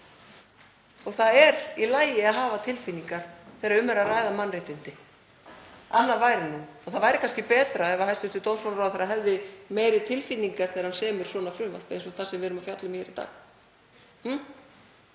og það er í lagi að hafa tilfinningar þegar um er að ræða mannréttindi. Annað væri það nú. Það væri kannski betra ef hæstv. dómsmálaráðherra hefði meiri tilfinningar þegar hann semur frumvarp eins og það sem við erum að fjalla um hér í dag